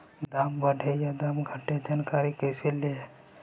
दाम बढ़े या दाम घटे ए जानकारी कैसे ले?